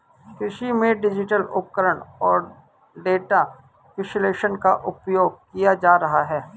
कृषि में डिजिटल उपकरण और डेटा विश्लेषण का उपयोग किया जा रहा है